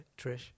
Trish